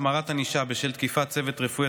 החמרת ענישה בשל תקיפת צוות רפואי),